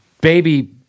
Baby